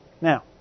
Now